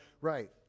Right